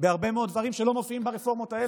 בהרבה מאוד דברים שלא מופיעים ברפורמות האלה,